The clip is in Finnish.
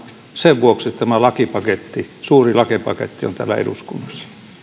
sen vuoksi tämä suuri lakipaketti on täällä eduskunnassa